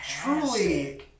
truly